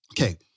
okay